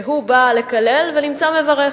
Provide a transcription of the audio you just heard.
שהוא בא לקלל ונמצא מברך.